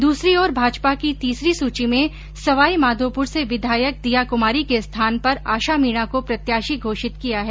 दूसरी ओर भाजपा की तीसरी सूची में सवाई माधोपुर से विधायक दिया कुमारी के स्थान पर आशा मीणा को प्रत्याशी घोषित किया है